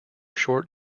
short